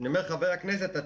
חבר הכנסת קרעי,